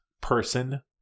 person